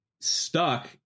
stuck